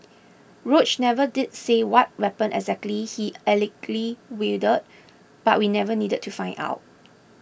Roach never did say what weapon exactly he allegedly wielded but we never needed to find out